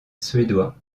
suédois